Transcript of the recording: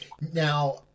Now